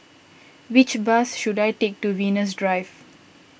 which bus should I take to Venus Drive